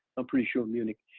i'm pretty sure munich,